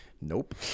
Nope